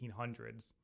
1800s